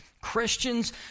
Christians